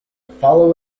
follow